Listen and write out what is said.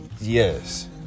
yes